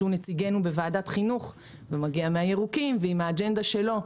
נציגנו בוועדת חינוך שמגיע מהירוקים ועם האג'נדה שלו,